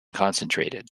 concentrated